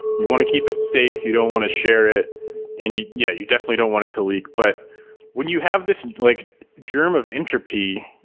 you want to keep it safe. you don't want to share it and yeah, you definitely don't want it to leak. but when you have this like germ of entropy,